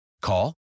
Call